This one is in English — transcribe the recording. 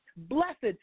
Blessed